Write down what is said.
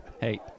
Hey